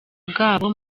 bwabo